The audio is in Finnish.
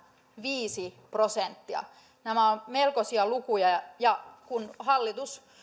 viisi prosenttia nämä ovat melkoisia lukuja ja ja kun hallitus